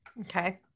Okay